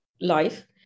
life